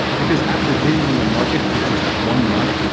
because after being on the market for just one month,